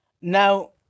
now